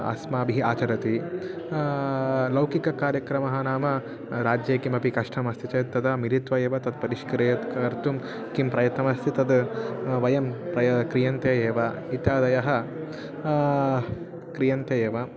अस्माभिः आचरति लौकिककार्यक्रमः नाम राज्ये किमपि कष्टमस्ति चेत् तदा मिलित्वा एव तत् परिष्क्रियं कर्तुं किं प्रयत्नमस्ति तद् वयं प्रय् क्रियन्ते एव इत्यादयः क्रियन्ते एव